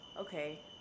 okay